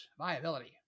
Viability